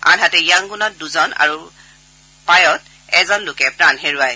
আনহাতে য়াংগুনত দুজন আৰু প্যায়ত এজন লোকে প্ৰাণ হেৰুৱায়